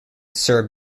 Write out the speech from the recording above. serb